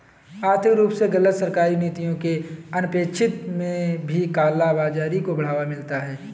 आर्थिक रूप से गलत सरकारी नीतियों के अनपेक्षित में भी काला बाजारी को बढ़ावा मिलता है